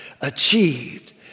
achieved